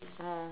oh